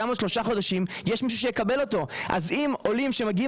גם השלושה חודשים יש מי שיקבל אותו אז אם עולים שמגיעים